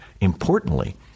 importantly